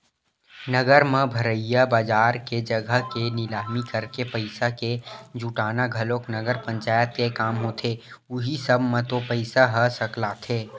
नगर म भरइया बजार के जघा के निलामी करके पइसा के जुटाना घलोक नगर पंचायत के काम होथे उहीं सब म तो पइसा ह सकलाथे